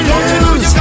lose